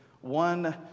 one